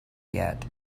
yet